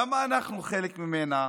למה אנחנו חלק ממנה?